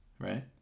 Right